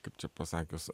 kaip čia pasakius